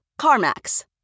CarMax